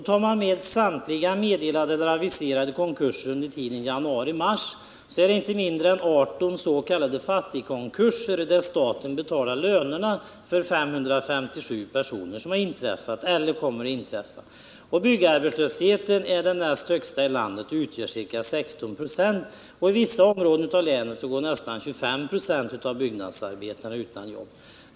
Tar man med samtliga meddelade eller aviserade konkurser under tiden januari-mars är det inte mindre än 18 s.k. fattigkonkurser, där staten betalar lönerna för 557 personer, som har inträffat eller kommer att inträffa. Byggarbetslösheten är den näst högsta i landet och utgör ca 16 96. I vissa områden av länet går nästan 25 26 av byggnadsarbetarna utan jobb.